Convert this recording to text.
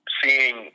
seeing